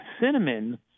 cinnamon